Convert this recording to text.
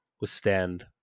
withstand